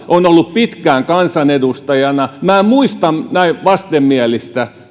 olen ollut pitkään kansanedustajana minä en muista näin vastenmielistä